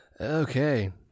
Okay